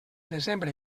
desembre